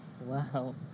Wow